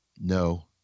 No